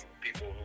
People